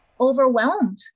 overwhelmed